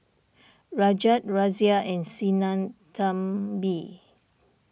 Rajat Razia and Sinnathamby